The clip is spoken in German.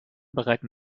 bereiten